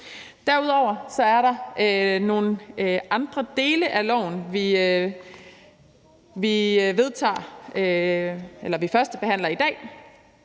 Derudover er der nogle andre dele af lovforslaget, vi førstebehandler i dag.